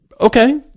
Okay